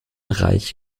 reich